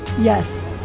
Yes